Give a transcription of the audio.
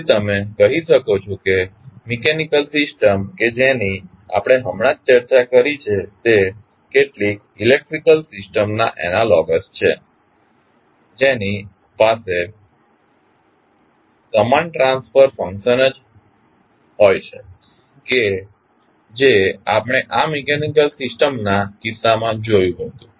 તેથી તમે કહી શકો છો કે મિકેનિકલ સિસ્ટમ કે જેની આપણે હમણાં જ ચર્ચા કરી છે તે કેટલીક ઇલેક્ટ્રિકલ સિસ્ટમના એનાલોગસ છે જેની પાસે સમાન ટ્રાન્સફર ફંક્શન જ હોય છે કે જે આપણે આ મિકેનીકલ સિસ્ટમના કિસ્સામાં જોયું હતું